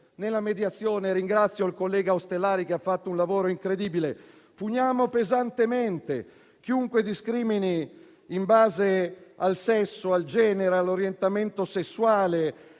per la quale ringrazio il collega, presidente Ostellari, che ha fatto un lavoro incredibile. Puniamo pesantemente chiunque discrimini in base al sesso, al genere, all'orientamento sessuale,